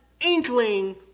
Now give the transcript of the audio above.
inkling